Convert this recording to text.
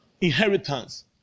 inheritance